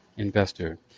investor